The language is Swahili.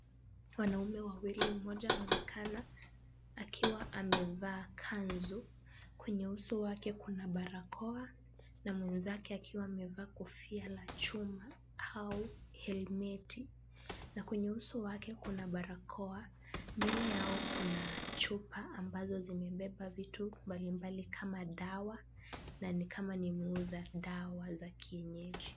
Wanaume wawili, mmoja anaonekana akiwa amevaa kanzu kwenye uso wake kuna barakoa, na mwenzake akiwa amevaa kofia la chuma au helmeti na kwenye uso wake kuna barakoa. Mbele Yao Kuna chupa ambazo zimebeba viatu mbalimbali kama dawa, na nikama ni muuza zawa za kienyeji.